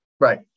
right